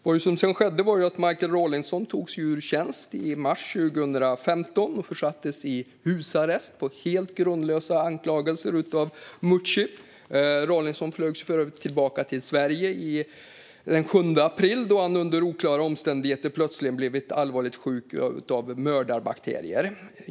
Vad som sedan skedde var att Michael Rawlinson togs ur tjänst i mars 2015 och försattes i husarrest efter helt grundlösa anklagelser från Meucci. Rawlinson flögs för övrigt tillbaka till Sverige den 7 april, då han under oklara omständigheter plötsligen blivit allvarligt sjuk av mördarbakterier.